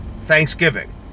Thanksgiving